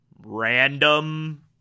random